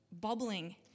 bubbling